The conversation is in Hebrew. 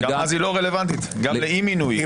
אז היא לא רלוונטית גם לאי-מינוי?